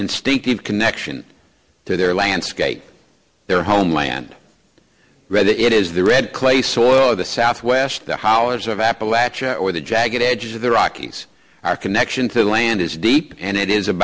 instinctive connection to their landscape their homeland rather it is the red clay soil of the southwest the hollers of appalachia or the jagged edges of the rockies our connection to the land is deep and it is a